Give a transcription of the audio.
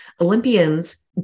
Olympians